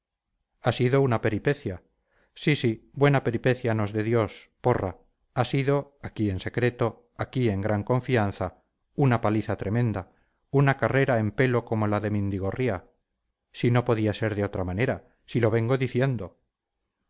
ha sido una peripecia sí sí buena peripecia nos dé dios porra ha sido aquí en secreto aquí en gran confianza una paliza tremenda una carrera en pelo como la de mendigorría si no podía ser de otra manera si lo vengo diciendo